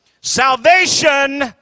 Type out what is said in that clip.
Salvation